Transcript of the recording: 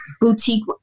boutique